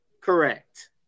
correct